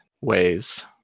ways